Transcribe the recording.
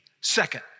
Second